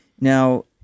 Now